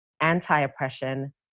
anti-oppression